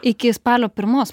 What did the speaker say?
iki spalio pirmos